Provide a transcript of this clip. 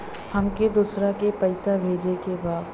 हमके दोसरा के पैसा भेजे के बा?